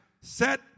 set